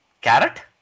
carrot